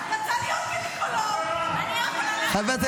מה קרה?